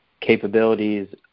capabilities